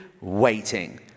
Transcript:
waiting